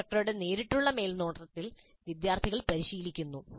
ഇൻസ്ട്രക്ടറുടെ നേരിട്ടുള്ള മേൽനോട്ടത്തിൽ വിദ്യാർത്ഥികൾ പരിശീലിക്കുന്നു